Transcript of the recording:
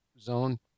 zone